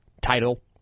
title